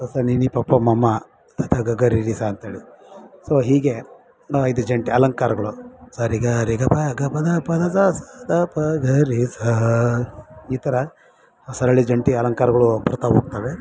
ಸ ಸ ನಿ ನಿ ಪ ಪ ಮ ಮಾ ತ ತ ಗ ಗ ರಿ ರಿ ಸಾ ಅಂತೇಳಿ ಸೊ ಹೀಗೆ ಇದು ಜಂಟಿ ಅಲಂಕಾರಗಳು ಸರಿಗ ರಿಗಪ ಗಪಗ ಪದಸ ಸ ಸ ದ ಪ ಗ ರಿ ಸ ಈ ಥರ ಸರಳಿ ಜಂಟಿ ಅಲಂಕಾರಗಳು ಬರ್ತ ಹೋಗ್ತವೆ